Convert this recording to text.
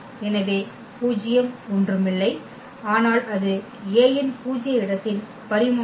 எனவே பூஜ்யம் ஒன்றுமில்லை ஆனால் அது A இன் பூஜ்ய இடத்தின் பரிமாணம்